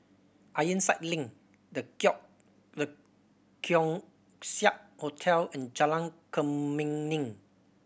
Ironside Link The Keong The Keong Saik Hotel and Jalan Kemuning